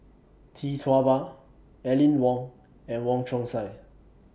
Tee Tua Ba Aline Wong and Wong Chong Sai